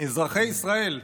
אזרחי ישראל,